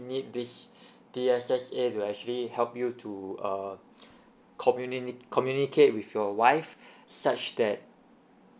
need this D_S_S_A to actually help you to err communi~ communicate with your wife such that